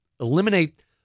eliminate